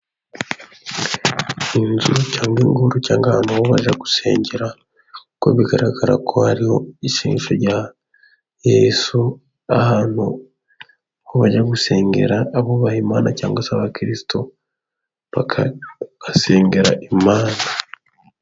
Inzu cyangwa ingungu cyangwa ahantu bo bajya gusengera, kuko bigaragara ko hariho isengesho rya yesu, ahantu aho bajya gusengera abubaha Imana cyangwa se abakirisitu bagasengera Imana.